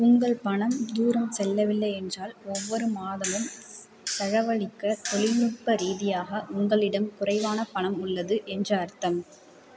உங்கள் பணம் தூரம் செல்லவில்லை என்றால் ஒவ்வொரு மாதமும் செலவழிக்க தொழில்நுட்ப ரீதியாக உங்களிடம் குறைவான பணம் உள்ளது என்று அர்த்தம்